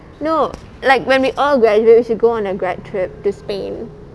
no like when we all graduate we should go on a graduation trip to spain